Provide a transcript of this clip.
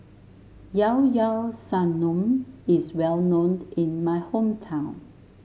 Llao Llao Sanum is well known in my hometown